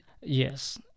Yes